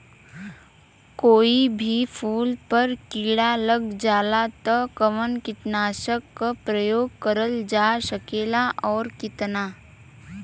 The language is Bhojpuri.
कोई भी फूल पर कीड़ा लग जाला त कवन कीटनाशक क प्रयोग करल जा सकेला और कितना?